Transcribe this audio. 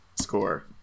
score